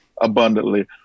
abundantly